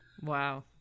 Wow